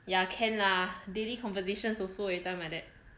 ya can lah daily conversations also everytime like that